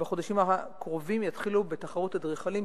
ובחודשים הקרובים יתחילו בתחרות אדריכלים,